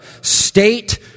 state